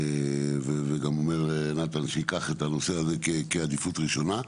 וגם אומר נתן שייקח את הנושא הזה כעדיפות ראשונה.